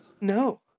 No